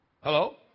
Hello